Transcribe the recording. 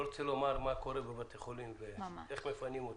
לא רוצה לומר מה קורה בבתי חולים ואיך מפנים אותם.